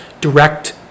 direct